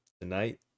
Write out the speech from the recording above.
tonight